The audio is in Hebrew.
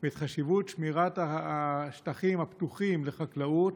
ואת חשיבות שמירת השטחים הפתוחים לחקלאות,